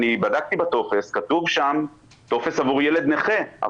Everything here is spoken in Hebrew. בדק בטפסים וכתוב שלם טוס עבור ילד נכה,